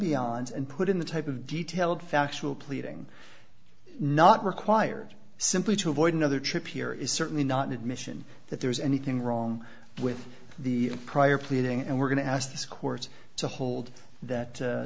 beyond and put in the type of detailed factual pleading not required simply to avoid another chip here is certainly not an admission that there was anything wrong with the prior pleading and we're going to ask this court to hold that